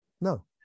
No